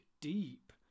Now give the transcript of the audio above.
deep